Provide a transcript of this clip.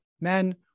men